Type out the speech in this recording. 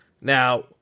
Now